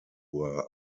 were